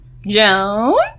Joan